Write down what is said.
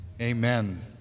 Amen